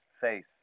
face